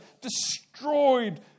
destroyed